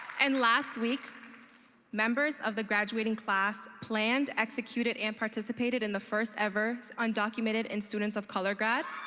and last week members of the graduating class planned, executed, and participated in the first ever undocumented and students of color grad.